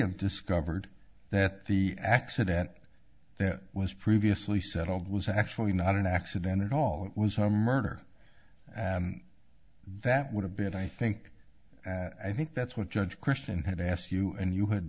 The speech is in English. we discovered that the accident that was previously settled was actually not an accidental at all it was a murder that would have been i think i think that's what judge christian had asked you and you had